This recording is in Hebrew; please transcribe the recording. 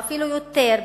ואפילו יותר,